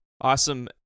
Awesome